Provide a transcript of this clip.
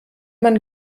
man